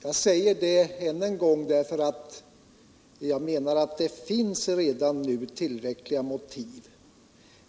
Jag säger detta än en gång, eftersom jag menar att det redan nu finns tillräckliga motiv.